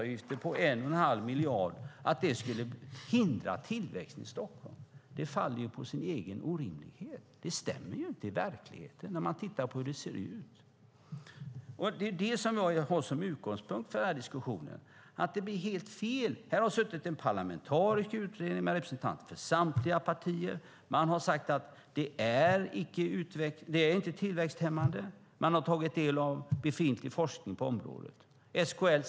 Det stämmer inte i verkligheten. Det är det som jag har som utgångspunkt för den här diskussionen. Det blir helt fel. Här har det suttit en parlamentarisk utredning med representanter för samtliga partier. Man har sagt att det inte är tillväxthämmande, och man har tagit del av befintlig forskning på området.